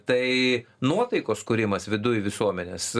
tai nuotaikos kūrimas viduj visuomenės